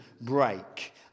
break